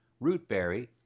rootberry